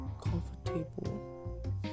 comfortable